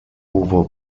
hubo